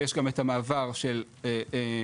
ויש גם את המעבר של שירותים